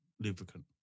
lubricant